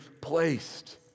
placed